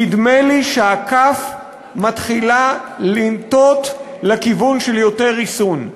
נדמה לי שהכף מתחילה לנטות לכיוון של יותר ריסון.